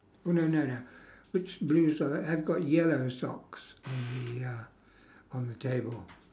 oh no no no which blues are they I've got yellow socks on the uh on the table